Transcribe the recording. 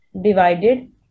divided